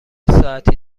ساعتی